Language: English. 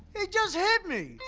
just hit me!